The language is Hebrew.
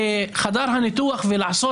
היום אתה נמצא ברוב ולכן אתה שולט בוועדה לבחירת